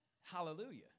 Hallelujah